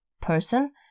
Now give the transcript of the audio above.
person